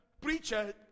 preacher